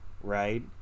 right